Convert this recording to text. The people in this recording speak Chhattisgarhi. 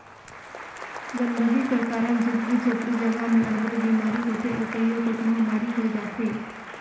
गंदगी कर कारन झुग्गी झोपड़ी जगहा में अब्बड़ बिमारी होथे अउ कइयो गोट महमारी होए जाथे